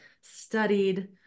studied